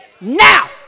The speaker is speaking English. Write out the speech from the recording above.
Now